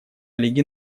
лиги